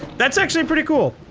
that's actually pretty cool,